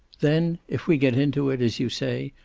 then, if we get into it, as you say,